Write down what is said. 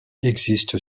existe